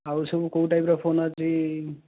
ଆଉ ସବୁ କେଉଁ ଟାଇପ ର ଫୋନ ଅଛି